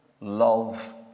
love